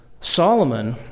Solomon